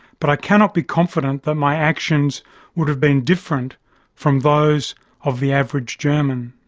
but i cannot be confident that my actions would have been different from those of the average german.